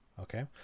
Okay